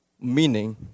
meaning